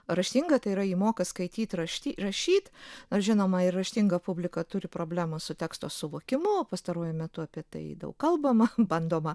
raštinga tai yra ji moka skaityti rašty rašyt na žinoma raštinga publika turi problemų su teksto suvokimu pastaruoju metu apie tai daug kalbama bandoma